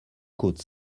côte